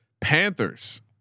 Panthers